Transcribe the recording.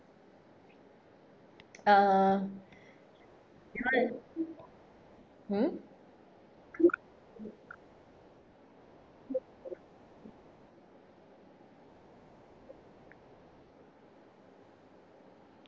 uh hmm